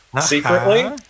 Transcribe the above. secretly